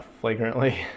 flagrantly